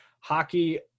Hockey